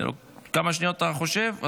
כמה שניות, אתה חושב?